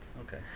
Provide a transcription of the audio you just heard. okay